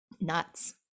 nuts